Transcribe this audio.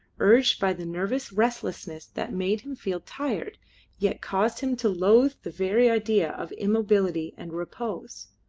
urged by the nervous restlessness that made him feel tired yet caused him to loathe the very idea of immobility and repose